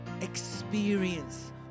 experience